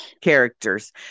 characters